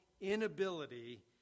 inability